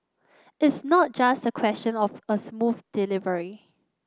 it's not just a question of a smooth delivery